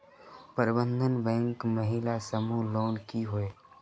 प्रबंधन बैंक महिला समूह लोन की होय?